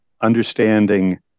understanding